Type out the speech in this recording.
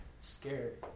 scared